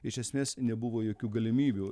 iš esmės nebuvo jokių galimybių